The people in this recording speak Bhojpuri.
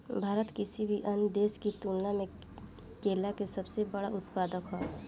भारत किसी भी अन्य देश की तुलना में केला के सबसे बड़ा उत्पादक ह